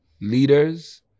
leaders